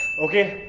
okay.